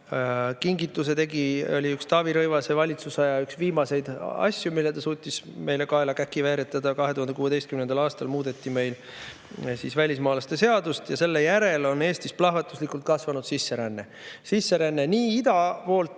kingituse tegi Taavi Rõivase valitsus. See oli üks viimaseid asju, mille ta suutis meile kaela veeretada. 2016. aastal muudeti meil välismaalaste seadust ja selle järel on Eestis plahvatuslikult kasvanud sisseränne nii ida pool